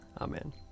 Amen